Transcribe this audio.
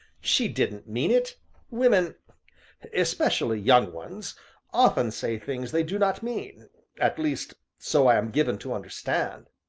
she didn't mean it women especially young ones often say things they do not mean at least, so i am given to understand.